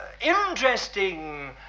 interesting